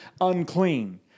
unclean